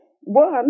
One